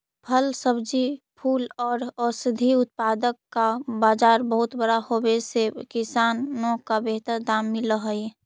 फल, सब्जी, फूल और औषधीय उत्पादों का बाजार बहुत बड़ा होवे से किसानों को बेहतर दाम मिल हई